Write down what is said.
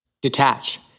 detach